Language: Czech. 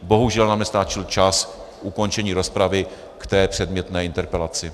Bohužel nám nestačil čas k ukončení rozpravy k té předmětné interpelaci.